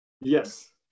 Yes